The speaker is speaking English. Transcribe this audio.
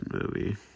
movie